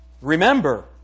Remember